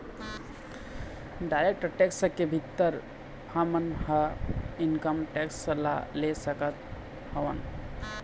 direct tax के भीतर हमन ह इनकम टेक्स ल ले सकत हवँन